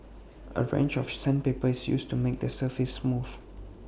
A range of sandpaper is used to make the surface smooth